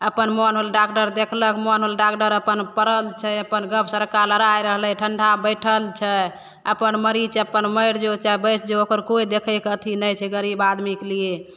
अपन मोन होल डाकटर देखलक मोन होल डाकटर अपन पड़ल छै अपन गप सरक्का लड़ै रहलै ठण्डा बैठल छै अपन मरीज अपन मरि जो चाहे बचि जो ओकर कोइ देखैके अथी नहि छै गरीब आदमीके लिए